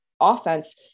offense